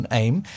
aim